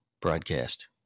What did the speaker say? broadcast